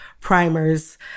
primers